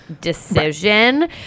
decision